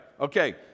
okay